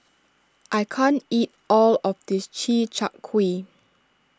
I can't eat all of this Chi Kak Kuih